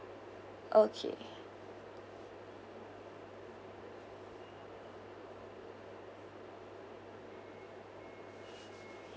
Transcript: okay